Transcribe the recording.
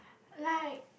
like